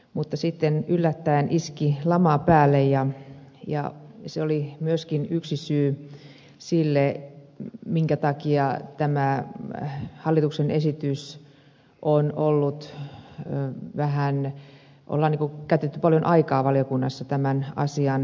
mutta sitten yllättäen iski lama päälle ja se oli myöskin yksi syy siihen minkä takia on valiokunnassa käytetty paljon aikaa tämän hallituksen esityksen pohtimiseen